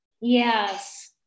Yes